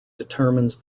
determines